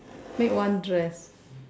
make one dress